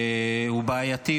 הוא בעייתי.